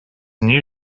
new